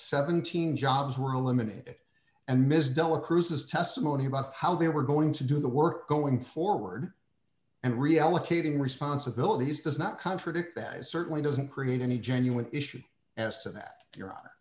seventeen jobs were eliminated and ms dela cruz is testimony about how they were going to do the work going forward and reallocating responsibilities does not contradict that it certainly doesn't create any genuine issue as to that your hon